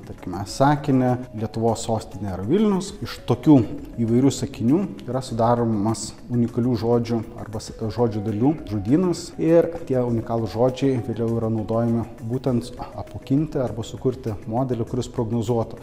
tarkime sakinį lietuvos sostinė yra vilnius iš tokių įvairių sakinių yra sudaromas unikalių žodžių arba žodžių dalių žodynas ir tie unikalūs žodžiai vėliau yra naudojami būtent apmokinti arba sukurti modelį kuris prognozuotų